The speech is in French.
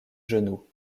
genoux